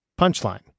punchline